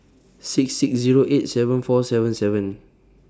six six Zero eight seven four seven seven